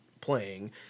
playing